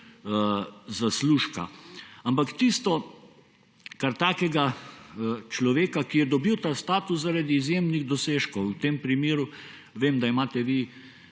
zaslužka. Tisto, kar takega človeka, ki je dobil ta status zaradi izjemnih dosežkov – vem, da imate vi,